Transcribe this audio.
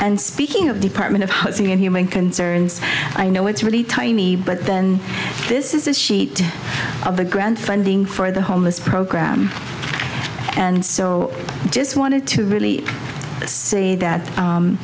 and speaking of department of housing and human concerns i know it's really tiny but then this is this sheet of the grant funding for the homeless program and so i just wanted to really see that